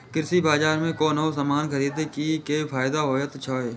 कृषि बाजार में कोनो सामान खरीदे के कि फायदा होयत छै?